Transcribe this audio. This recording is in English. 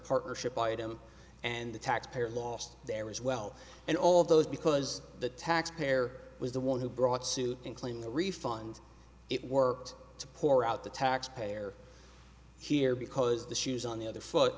partnership item and the taxpayer lost there as well and all those because the taxpayer was the one who brought suit and claim the refund it worked to pour out the taxpayer here because the shoes on the other foot